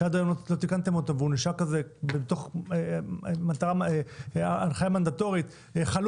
שעד היום לא תיקנתם אותו והוא נשאר כזה בתור הנחיה מנדטורית חלוד,